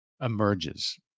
emerges